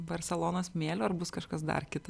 barselonos smėlio ar bus kažkas dar kita